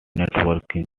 networking